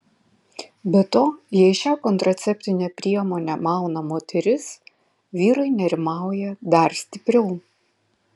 be to jei šią kontraceptinę priemonę mauna moteris vyrai nerimauja dar stipriau